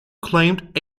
claimed